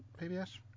PBS